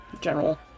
general